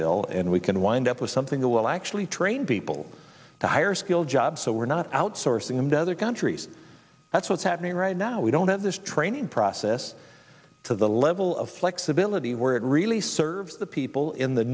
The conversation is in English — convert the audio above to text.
bill and we can wind up with something that will actually train people to higher skilled jobs so we're not outsourcing them to other countries that's what's happening right now we don't have this training process to the level of flexibility where it really serves the people in the